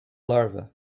larva